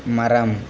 மரம்